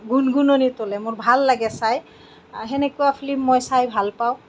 গুণগুণনী তুলে মোৰ ভাল লাগে চাই সেনেকুৱা ফিল্ম মই চাই ভাল পাওঁ